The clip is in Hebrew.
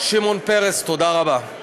שמעון פרס, תודה רבה.